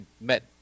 met